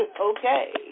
Okay